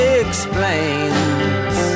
explains